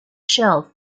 shelf